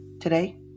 Today